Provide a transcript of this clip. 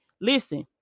listen